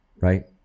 Right